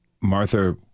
Martha